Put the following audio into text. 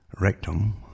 rectum